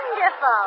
wonderful